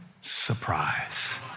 surprise